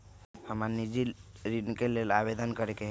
हमरा निजी ऋण के लेल आवेदन करै के हए